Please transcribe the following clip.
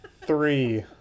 Three